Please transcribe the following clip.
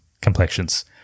complexions